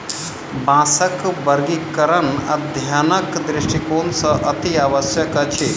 बाँसक वर्गीकरण अध्ययनक दृष्टिकोण सॅ अतिआवश्यक अछि